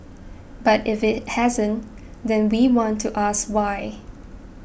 but if it hasn't then we want to ask why